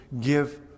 give